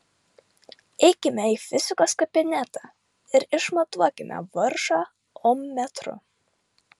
eikime į fizikos kabinetą ir išmatuokime varžą ommetru